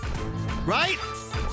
Right